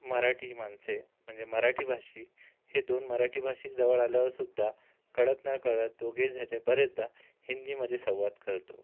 मराठी माणसे म्हणजे मराठी भाषिक हे दोन मराठी भाषिक जवळ आल्यावर सुद्धा कळत नकळत दोघेजणे बऱ्याचदा हिंदीमध्ये संवाद करतो